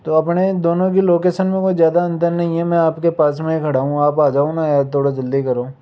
तो अपने दोनों की लोकेशन में कोई ज़्यादा अंतर नहीं है में आपके पास में ही खड़ा हूँ आप आ जाओ ना यार थोड़ा जल्दी करो